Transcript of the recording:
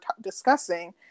discussing